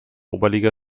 oberliga